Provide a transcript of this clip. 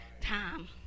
time